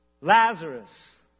Lazarus